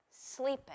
sleeping